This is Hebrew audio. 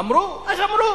אמרו, אז אמרו.